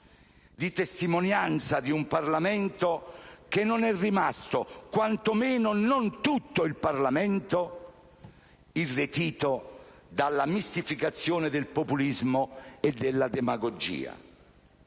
di testimonianza di un Parlamento che non è rimasto - quanto meno non tutto - irretito dalla mistificazione del populismo e della demagogia.